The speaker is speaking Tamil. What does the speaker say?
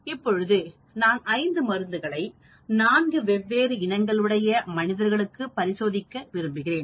இப்போது நான் 5 மருந்துகளை 4 வெவ்வேறு இனங்கள் உடைய மனிதர்களுக்கு பரிசோதிக்க விரும்புகிறேன்